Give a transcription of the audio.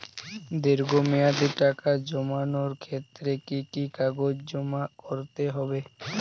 দীর্ঘ মেয়াদি টাকা জমানোর ক্ষেত্রে কি কি কাগজ জমা করতে হবে?